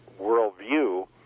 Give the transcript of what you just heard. worldview